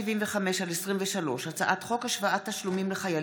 השבע-עשרה של הכנסת העשרים-ושלוש יום חמישי,